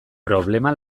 problema